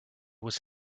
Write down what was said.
was